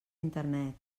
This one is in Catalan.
internet